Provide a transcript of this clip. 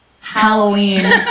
Halloween